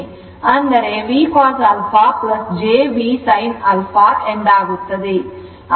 ಅಂದರೆ VCos α j V sin α ಎಂದಾಗುತ್ತದೆ